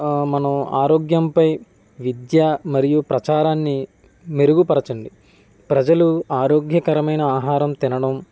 మనం ఆరోగ్యంపై విద్య మరియు ప్రచారాన్ని మెరుగుపరచండి ప్రజలు ఆరోగ్యకరమైన ఆహారం తినడం